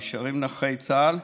הם נשארים נכי צה"ל,